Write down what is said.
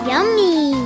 Yummy